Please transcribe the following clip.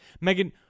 Megan